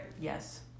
Yes